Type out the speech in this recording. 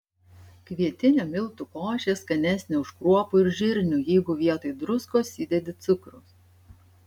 kvietinių miltų košė skanesnė už kruopų ir žirnių jeigu vietoj druskos įdedi cukraus